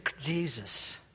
Jesus